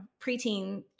preteen